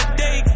day